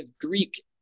Greek